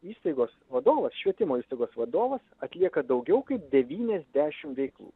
įstaigos vadovas švietimo įstaigos vadovas atlieka daugiau kaip devyniasdešimt veiklų